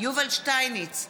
יובל שטייניץ,